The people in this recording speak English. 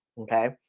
Okay